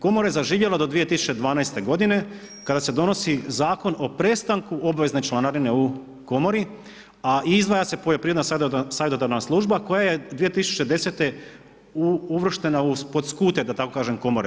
Komora je zaživjela do 2012. godine kada se donosi Zakon o prestanku obvezne članarine u komori a izdvaja se poljoprivredna savjetodavna služba koja je 2010. uvrštena pod skute da tako kažem komore.